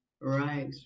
Right